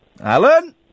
Alan